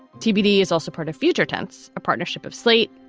tbd is also part of future tense, a partnership of slate,